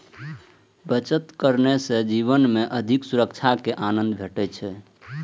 बचत करने सं जीवन मे अधिक सुरक्षाक आनंद भेटै छै